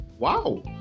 Wow